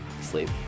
sleep